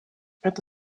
это